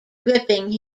gripping